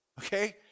okay